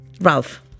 Ralph